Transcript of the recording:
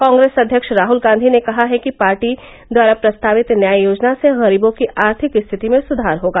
कांग्रेस अव्यक्ष राहुल गांधी ने कहा है कि उनकी पार्टी द्वारा प्रस्तावित न्याय योजना से गरीबों की आर्थिक स्थिति में सुधार होगा